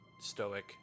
stoic